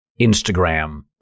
Instagram